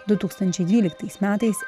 du tūkstančiai dvyliktais metais